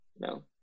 No